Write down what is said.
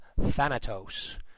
Thanatos